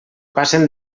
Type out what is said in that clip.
passen